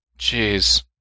Jeez